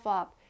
up